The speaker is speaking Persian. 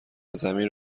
زمین